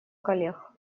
коллег